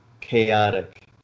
chaotic